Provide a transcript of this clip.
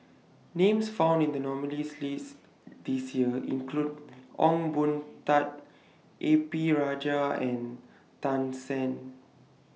Names found in The nominees' list This Year include Ong Boon Tat A P Rajah and Tan Shen